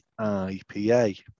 IPA